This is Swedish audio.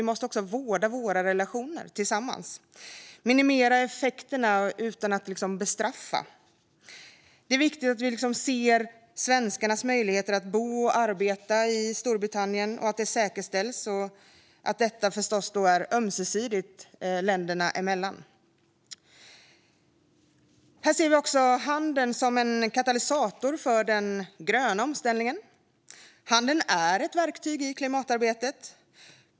Nu måste vi vårda våra relationer och minimera effekterna utan att bestraffa. Det är viktigt att säkerställa svenskarnas möjligheter att bo och arbeta i Storbritannien. Detta är förstås ömsesidigt länderna emellan. Vi ser också handeln som en katalysator för den gröna omställningen. Handeln är ett verktyg i klimatarbetet.